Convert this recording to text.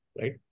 right